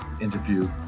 interview